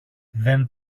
δεν